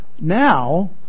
Now